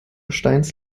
steins